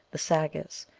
the sagas,